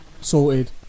sorted